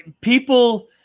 people